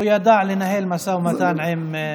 הוא ידע לנהל משא ומתן עם,